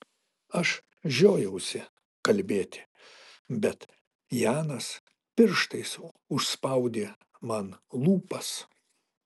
aš žiojausi kalbėti bet janas pirštais užspaudė man lūpas